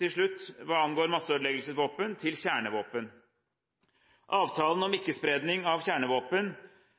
til slutt hva angår masseødeleggelsesvåpen til kjernevåpen: Avtalen om ikke-spredning av kjernevåpen,